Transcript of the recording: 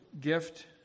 gift